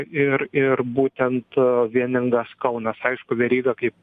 ir ir būtent vieningas kaunas aišku veryga kaip